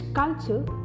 culture